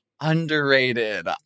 Underrated